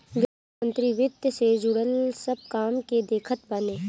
वित्त मंत्री वित्त से जुड़ल सब काम के देखत बाने